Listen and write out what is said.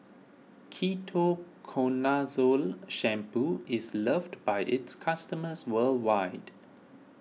Ketoconazole Shampoo is loved by its customers worldwide